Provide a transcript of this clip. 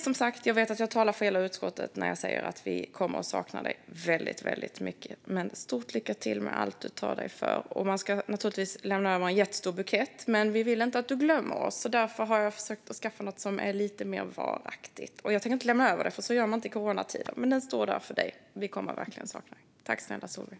Jag vet att jag talar för hela utskottet när jag säger att vi kommer att sakna dig väldigt mycket. Stort lycka till med allt som du tar dig för! Man ska naturligtvis lämna över en jättestor bukett, men vi vill inte att du glömmer oss. Jag har därför försökt att skaffa något som är lite mer varaktigt. Jag tänker inte lämna över det, för det gör man inte i coronatider. Den står här bredvid.